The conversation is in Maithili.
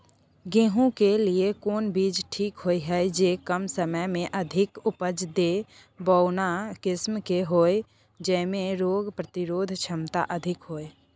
गेहूं के लिए कोन बीज ठीक होय हय, जे कम समय मे अधिक उपज दे, बौना किस्म के होय, जैमे रोग प्रतिरोधक क्षमता अधिक होय?